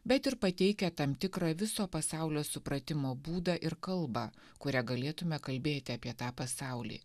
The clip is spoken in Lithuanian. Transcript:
bet ir pateikia tam tikrą viso pasaulio supratimo būdą ir kalbą kuria galėtume kalbėti apie tą pasaulį